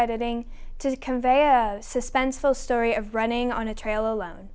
editing to convey a suspenseful story of running on a trail a